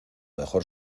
mejor